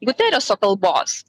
gutereso kalbos